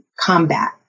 combat